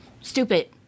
Stupid